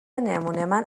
نمونهمن